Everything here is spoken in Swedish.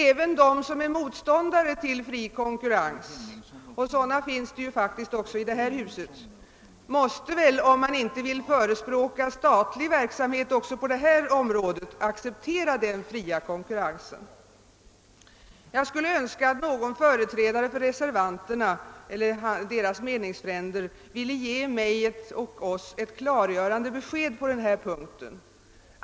Även de som är motståndare till fri konkurrens — och sådana finns det faktiskt även i detta hus — måste väl, om man inte vill förespråka statlig verksamhet också på detta område, acceptera den fria konkurrensen. Jag skulle önska att någon företrädare för reservanterna eller deras meningsfränder ville ge oss ett klargörande besked på denna punkt.